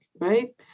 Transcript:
right